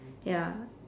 ya